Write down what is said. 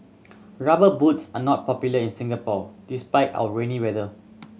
Rubber Boots are not popular in Singapore despite our rainy weather